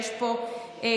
יש פה קריאות,